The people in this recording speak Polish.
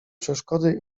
przeszkody